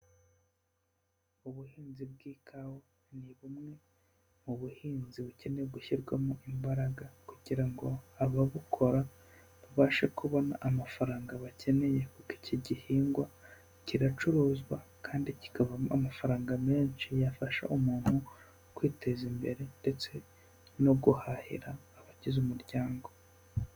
Ubuhinzi bw'ikawa ni bumwe mu buhinzi bukeneye gushyirwamo imbaraga, kugira ngo ababukora babashe kubona amafaranga bakeneye kuko iki gihingwa kiracuruzwa kandi kikavamo amafaranga menshi yafasha umuntu kwiteza imbere ndetse no guhahira abagize umuryango.